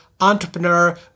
entrepreneur